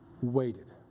waited